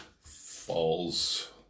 falls